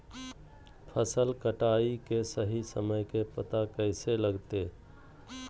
फसल कटाई के सही समय के पता कैसे लगते?